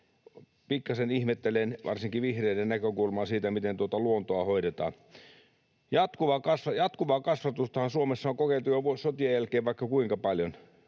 pikkasen ihmettelen varsinkin vihreiden näkökulmaa siitä, miten tuota luontoa hoidetaan. Jatkuvaa kasvatustahan Suomessa on kokeiltu jo sotien jälkeen vaikka kuinka paljon.